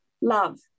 Love